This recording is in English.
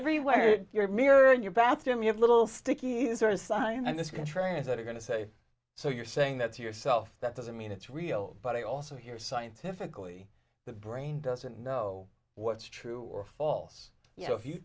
everywhere your mirror in your bathroom you have little sticky is there a sign that this country is that are going to say so you're saying that to yourself that doesn't mean it's real but i also hear scientifically the brain doesn't know what's true or false you know if you